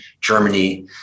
Germany